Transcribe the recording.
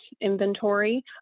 inventory